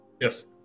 Yes